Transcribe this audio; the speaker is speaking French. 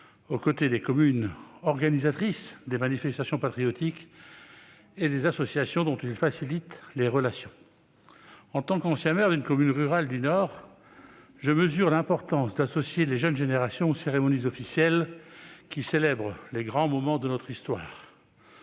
aux côtés des communes, organisatrices des manifestations patriotiques, et des associations dont il facilite les relations. En tant qu'ancien maire d'une commune rurale du Nord, je mesure l'importance d'associer les jeunes générations aux cérémonies officielles qui célèbrent les grands moments de notre histoire.